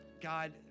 God